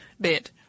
bit